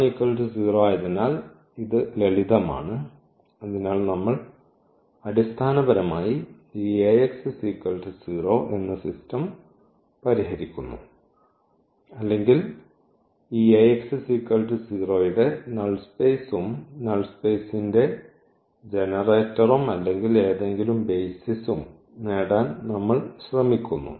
അതിനാൽ ഇത് ലളിതമാണ് അതിനാൽ നമ്മൾ അടിസ്ഥാനപരമായി ഈ പരിഹരിക്കുന്നു അല്ലെങ്കിൽ ഈ ന്റെ നൾ സ്പെയ്സും നൾ സ്പെയ്സിന്റെ ജനറേറ്ററും അല്ലെങ്കിൽ ഏതെങ്കിലും ബെയ്സിസും നേടാൻ നമ്മൾ ശ്രമിക്കുന്നു